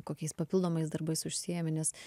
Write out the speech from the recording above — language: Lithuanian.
kokiais papildomais darbais užsiimi nes